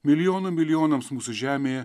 milijonų milijonams mūsų žemėje